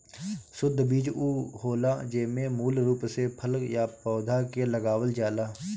शुद्ध बीज उ होला जेमे मूल रूप से फल या पौधा के लगावल जाला